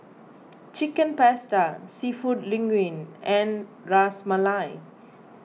Chicken Pasta Seafood Linguine and Ras Malai